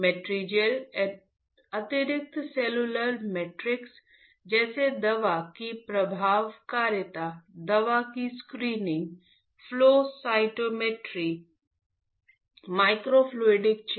Matrigel अतिरिक्त cellular matrix जैसे दवा की प्रभावकारिता दवा की screening flow cytometry microfluidic chip